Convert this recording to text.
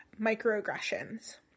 microaggressions